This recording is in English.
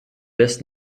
best